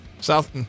South